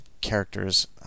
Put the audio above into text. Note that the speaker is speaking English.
characters